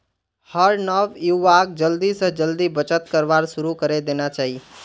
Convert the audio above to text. हर नवयुवाक जल्दी स जल्दी बचत करवार शुरू करे देना चाहिए